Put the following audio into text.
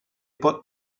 pot